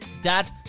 Dad